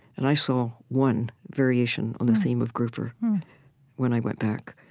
and i saw one variation on the theme of grouper when i went back,